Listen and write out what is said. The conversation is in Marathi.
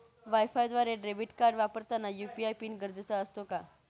वायफायद्वारे डेबिट कार्ड वापरताना यू.पी.आय पिन गरजेचा असतो का?